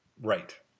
Right